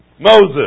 Moses